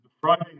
Friday